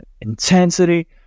intensity